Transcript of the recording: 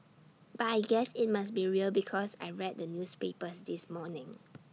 but I guess IT must be real because I read the newspapers this morning